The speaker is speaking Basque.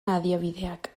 adibideak